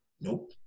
nope